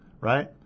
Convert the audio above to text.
right